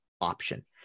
option